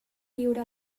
lliure